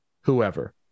whoever